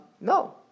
No